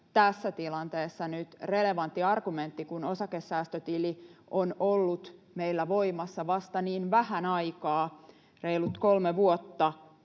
tässä tilanteessa nyt relevantti argumentti, kun osakesäästötili on ollut meillä voimassa vasta niin vähän aikaa, reilut kolme vuotta,